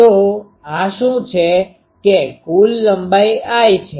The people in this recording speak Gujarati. તો આ શું છે કે કુલ લંબાઈ l છે